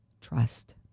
Trust